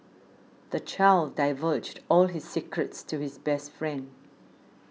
the child divulged all his secrets to his best friend